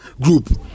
group